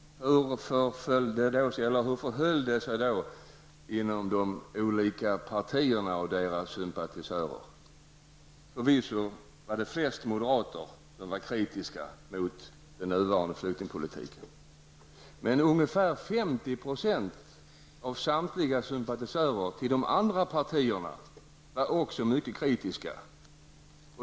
Hur förhöll det sig då bland de olika partiernas sympatisörer? Förvisso var det flest moderater som var kritiska mot den nuvarande flyktingpolitiken, men ungefär 50 % av samtliga sympatisörer till de andra partierna var också mycket kritiska.